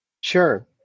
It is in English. Sure